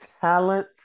talent